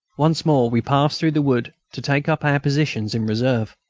once more we passed through the wood to take up our position in reserve.